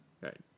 Right